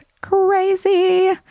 crazy